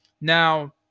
now